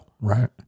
Right